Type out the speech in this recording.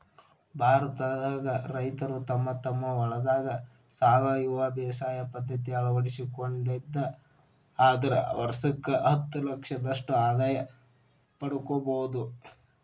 ಭಾರತದಾಗ ರೈತರು ತಮ್ಮ ತಮ್ಮ ಹೊಲದಾಗ ಸಾವಯವ ಬೇಸಾಯ ಪದ್ಧತಿ ಅಳವಡಿಸಿಕೊಂಡಿದ್ದ ಆದ್ರ ವರ್ಷಕ್ಕ ಹತ್ತಲಕ್ಷದಷ್ಟ ಆದಾಯ ಪಡ್ಕೋಬೋದು